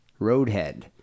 Roadhead